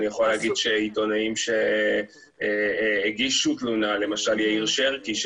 אני יכול להגיד שעיתונאים שהגישו תלונה למשל יאיר שרקי,